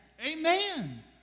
Amen